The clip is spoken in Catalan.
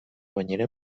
banyera